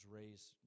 raised